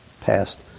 passed